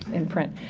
in print.